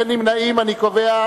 אין נמנעים.